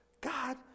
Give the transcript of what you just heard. God